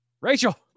Rachel